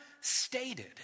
stated